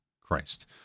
Christ